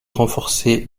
renforcer